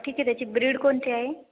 ठीक आहे त्याची ब्रीड कोणती आहे